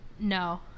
No